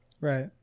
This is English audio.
Right